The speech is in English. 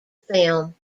film